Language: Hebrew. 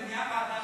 אבל זאת נהייתה ועדה